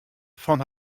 fan